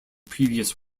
previous